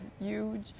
huge